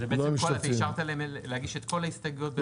הסתייגויות סיעת רע"ם.